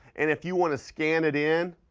and if you want to scan it in,